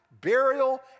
burial